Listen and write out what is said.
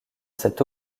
cet